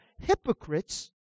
hypocrites